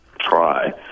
try